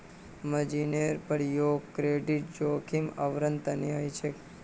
मार्जिनेर प्रयोग क्रेडिट जोखिमेर आवरण तने ह छे